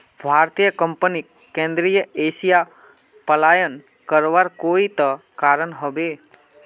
भारतीय कंपनीक केंद्रीय एशिया पलायन करवार कोई त कारण ह बे